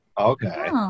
Okay